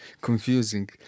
confusing